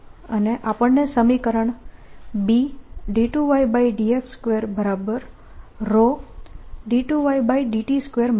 અને આપણને સમીકરણ B મળે છે